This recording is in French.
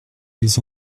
ils